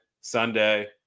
Sunday